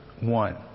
one